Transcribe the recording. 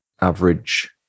average